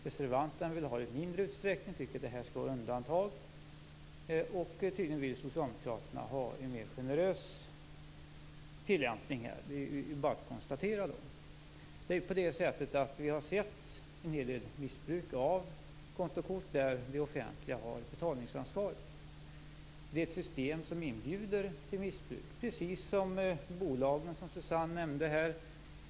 Reservanterna vill ha dem i mindre utsträckning och tycker att de skall utgöra undantag, och socialdemokraterna vill tydligen ha en mer generös tillämpning. Det är bara att konstatera. Vi har sett en hel del missbruk av kontokort där det offentliga har betalningsansvaret. Det är ett system som inbjuder till missbruk, precis som bolagen som Susanne Eberstein nämnde här.